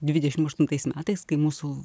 dvidešim aštuntais metais kai mūsų